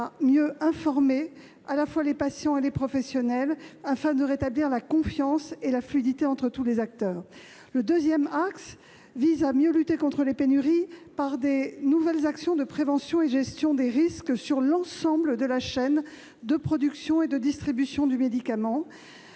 à mieux informer à la fois les patients et les professionnels afin de rétablir la confiance et la fluidité entre tous les acteurs. Le deuxième axe vise à mieux lutter contre les pénuries par de nouvelles actions de prévention et de gestion des risques sur l'ensemble de la chaîne de production et de distribution du médicament.